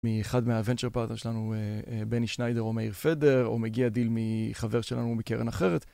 מאחד מה-venture partner שלנו, בני שניידר או מאיר פדר, או מגיע דיל מחבר שלנו מקרן אחרת